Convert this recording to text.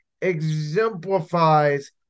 exemplifies